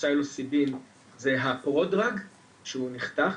הפסילוציבין זה הקרוד דרג שהוא נחתך,